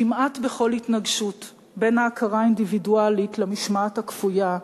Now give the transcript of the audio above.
כמעט בכל התנגשות בין ההכרה האינדיבידואלית למשמעת הכפויה,